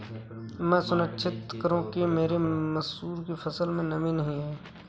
मैं कैसे सुनिश्चित करूँ कि मेरी मसूर की फसल में नमी नहीं है?